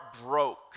broke